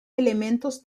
elementos